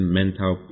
mental